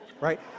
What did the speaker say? right